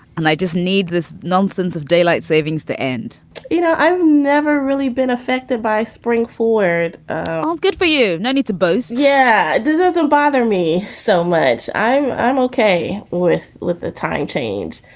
and i just need this nonsense of daylight savings to end you know, i've never really been affected by spring forward oh, good for you. no need to boast yeah, it doesn't bother me so much. i'm i'm okay with. with the time change.